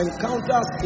Encounters